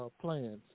plans